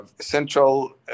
central